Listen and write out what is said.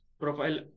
profile